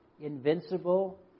invincible